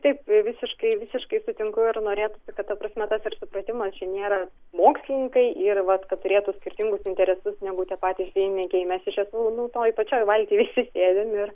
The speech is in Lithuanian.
taip visiškai visiškai sutinku ir norėtųsi kad ta prasme tas ir supratimas čia nėra mokslininkai ir vat kad turėtų skirtingus interesus negu tie patys žvejai mėgėjai mes iš tiesų nu toj pačioj valty visi sėdim ir